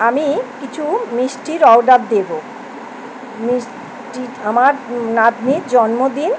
আমি কিছু মিষ্টির অর্ডার দেবো মিষ্টি আমার নাতনির জন্মদিন